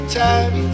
time